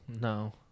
No